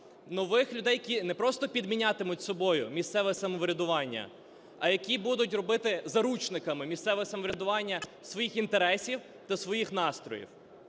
нових людей, які не просто підмінятимуть собою місцеве самоврядування, а які будуть робити заручниками місцеве самоврядування своїх інтересів та своїх настроїв.